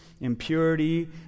Impurity